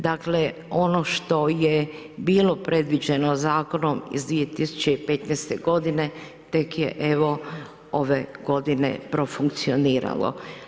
Dakle ono što je bilo predviđeno zakonom iz 2015. godine, tek je evo ove godine profunkcioniralo.